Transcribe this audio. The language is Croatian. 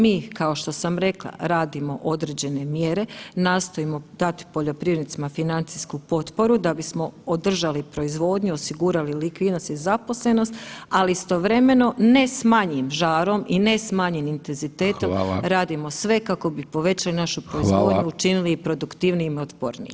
Mi kao što sam rekla, radimo određene mjere, nastojimo dati poljoprivrednicima financijsku potporu da bismo održali proizvodnju, osigurali likvidnost i zaposlenost, ali istovremeno ne s manjim žarom i ne s manjim intenzitetom [[Upadica: Hvala]] radimo sve kako bi povećali našu proizvodnju i učinili je produktivnijim i otpornijim.